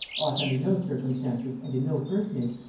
ought under no circumstances and in no personage,